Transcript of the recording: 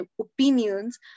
opinions